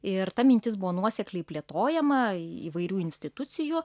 ir ta mintis buvo nuosekliai plėtojama įvairių institucijų